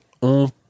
on